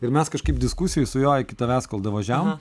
ir mes kažkaip diskusijoj su juo iki tavęs kol davažiavom